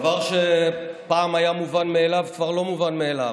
דבר שפעם היה מובן מאליו כבר לא מובן מאליו.